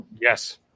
Yes